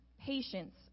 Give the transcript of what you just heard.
patience